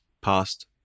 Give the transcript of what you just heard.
past